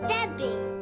Debbie